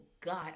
God